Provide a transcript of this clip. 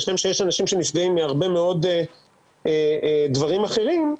כשם שיש אנשים שנפגעים הרבה מאוד דברים אחרים,